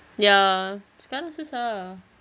ya sekarang susah